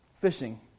fishing